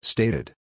Stated